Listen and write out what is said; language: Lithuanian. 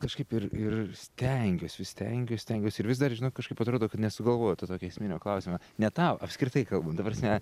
kažkaip ir ir stengiuos vis stengiuos stengiuos ir vis dar žinok kažkaip atrodo kad nesugalvoju to tokio esminio klausimo ne tau apskritai kalbant ta prasme